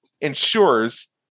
ensures